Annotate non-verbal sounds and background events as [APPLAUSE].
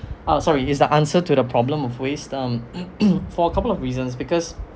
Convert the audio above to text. um sorry is the answer to the problem of waste uh [NOISE] for a couple of reasons because